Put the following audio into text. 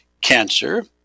cancer